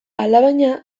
alabaina